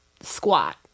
squat